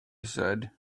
said